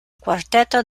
cuarteto